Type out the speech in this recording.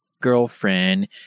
girlfriend